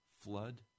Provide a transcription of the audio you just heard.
flood